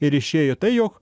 ir išėjo tai jog